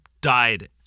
died